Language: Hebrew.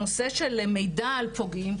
הנושא של מידע על פוגעים,